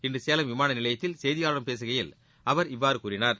இன்று சேலம் விமான நிலையத்தில் செய்தியாளர்களிடம் பேசுகையில் அவர் இவ்வாறு கூறினார்